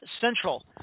Central